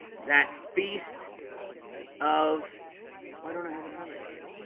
that feast of why don't i have it highlighted here,